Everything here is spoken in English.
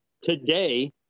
today